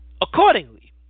Accordingly